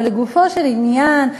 אבל לגופו של עניין,